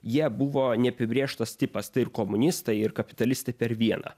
jie buvo neapibrėžtas tipas tai ir komunistai ir kapitalistai per vieną